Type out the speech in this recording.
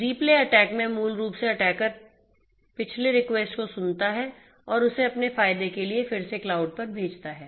replay attack में मूल रूप से अटैकर पिछले रेकुएस्ट को सुनता है और उसे अपने फायदे के लिए फिर से क्लाउड पर भेजता है